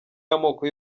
y’amoko